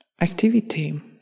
activity